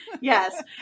yes